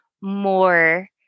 more